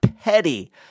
petty